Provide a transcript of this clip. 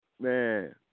Man